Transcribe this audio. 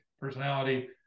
personality